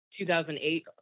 2008